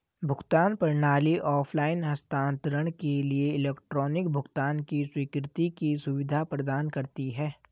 भुगतान प्रणाली ऑफ़लाइन हस्तांतरण के लिए इलेक्ट्रॉनिक भुगतान की स्वीकृति की सुविधा प्रदान करती है